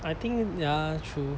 I think ya true